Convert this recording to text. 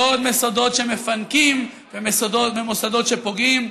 לא עוד מוסדות שמפנקים ומוסדות שפוגעים,